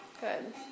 Good